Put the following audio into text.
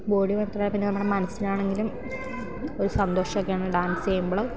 body മാത്രം പിന്നെ നമ്മുടെ മനസ്സിലാണെങ്കിലും ഒരു സന്തോഷമൊക്കെയാണ് ഡാൻസ് ചെയ്യുമ്പോൾ